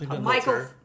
Michael